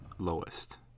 lowest